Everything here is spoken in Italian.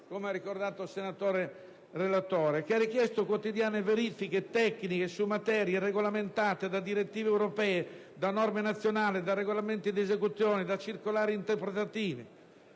com'è stato ricordato anche dal relatore, che ha richiesto quotidiane verifiche tecniche su materie regolamentate da direttive europee, da norme nazionali, da regolamenti di esecuzione e da circolari interpretative.